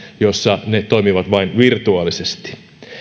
joissa ne toimivat vain virtuaalisesti